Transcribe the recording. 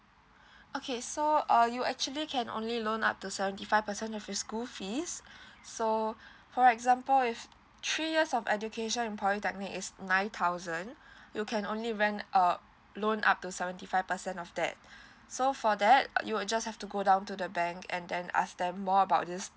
okay so uh you actually can only loan up to seventy five percent of your school fees so for example if three years of education in polytechnic is nine thousand you can only rent uh loan up to seventy five percent of that so for that uh you will just have to go down to the bank and then ask them more about this